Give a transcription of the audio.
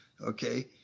Okay